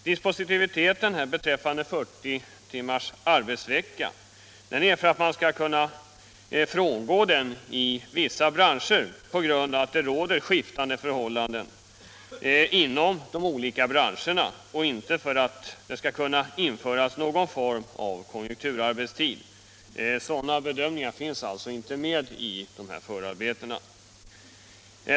Dispositiviteten beträffande 40 timmars arbetsvecka är till för att reglerna skall kunna frångås i vissa branscher på grund av att det råder skiftande förhållanden inom de olika branscherna men inte för att någon form av konjunkturarbetstid skall kunna införas. Sådana bedömningar finns alltså inte i förarbetena.